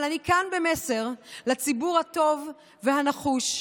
אבל אני כאן במסר לציבור הטוב והנחוש: